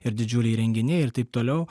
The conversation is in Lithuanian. ir didžiuliai renginiai ir taip toliau